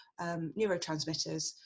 neurotransmitters